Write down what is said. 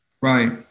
right